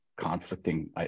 conflicting